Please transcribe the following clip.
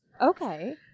Okay